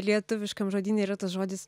lietuviškam žodyne yra tas žodis